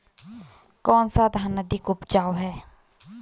कौन सा धान अधिक उपजाऊ है?